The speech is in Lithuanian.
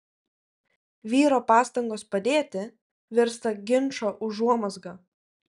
vyro pastangos padėti virsta ginčo užuomazga